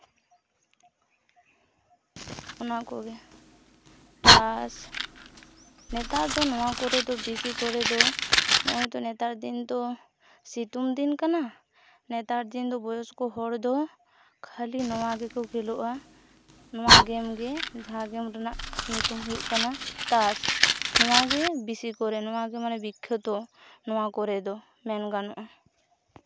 ᱚᱱᱟᱠᱚᱜᱮ ᱛᱟᱥ ᱱᱮᱛᱟᱨ ᱫᱚ ᱱᱚᱣᱟ ᱠᱚᱨᱮ ᱫᱚ ᱵᱤᱥᱤ ᱠᱚᱨᱮ ᱫᱚ ᱵᱤᱥᱤ ᱠᱚᱨᱮ ᱫᱚ ᱱᱚᱜᱼᱚᱭ ᱛᱚ ᱱᱮᱛᱟᱨ ᱫᱤᱱ ᱫᱚ ᱥᱤᱛᱩᱝ ᱫᱤᱱ ᱠᱟᱱᱟ ᱱᱮᱛᱟᱨ ᱫᱤᱱ ᱫᱚ ᱵᱚᱭᱚᱥᱠᱚ ᱦᱚᱲ ᱫᱚ ᱠᱷᱟᱞᱤ ᱱᱚᱣᱟ ᱜᱮᱠᱚ ᱠᱷᱮᱞᱳᱜᱼᱟ ᱱᱚᱣᱟ ᱜᱮᱢ ᱜᱮ ᱡᱟᱦᱟᱸ ᱮᱢ ᱨᱮᱱᱟᱜ ᱩᱧᱩᱛᱩᱢ ᱦᱩᱭᱩᱜ ᱠᱟᱱᱟ ᱛᱟᱥ ᱱᱚᱣᱟ ᱜᱮ ᱵᱤᱥᱤ ᱠᱚᱨᱮ ᱱᱚᱣᱟ ᱜᱮ ᱢᱟᱱᱮ ᱵᱤᱠᱠᱷᱟᱹᱛᱚ ᱱᱚᱣᱟ ᱠᱚᱨᱮ ᱫᱚ ᱢᱮᱱ ᱜᱟᱱᱚᱜᱼᱟ